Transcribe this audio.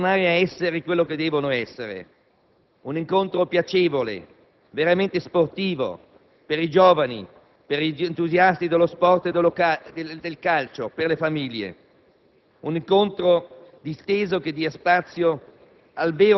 Il sabato e la domenica sportivi devono tornare a essere ciò che devono essere, un incontro piacevole e veramente sportivo, per i giovani, per gli entusiasti dello sport e del calcio, per le famiglie.